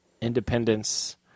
Independence